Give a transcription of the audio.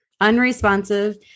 unresponsive